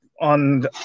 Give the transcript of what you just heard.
On